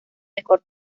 mejor